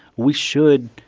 we should,